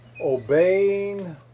obeying